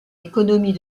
économie